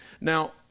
now